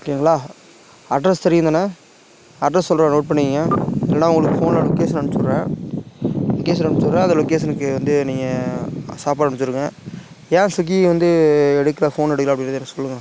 ஓகேங்களா அட்ரஸ் தெரியும் தானே அட்ரஸ் சொல்கிறன் நோட் பண்ணிக்கோங்க இல்லைனா உங்களுக்கு ஃபோன்ல லொக்கேஷன் அனுப்ச்சிவிடுறன் லொகேஷன் அனுப்ச்சிவிடுறன் அந்த லொகேஷனுக்கு வந்து நீங்கள் சாப்பாடு அனுப்பிச்சிவிடுங்க ஏன் ஸ்விக்கி வந்து எடுக்கலை ஃபோன் எடுக்கலை அப்படின்றத எனக்கு சொல்லுங்கள்